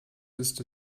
ist